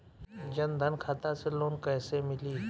जन धन खाता से लोन कैसे मिली?